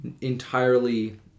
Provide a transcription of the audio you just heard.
entirely